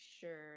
sure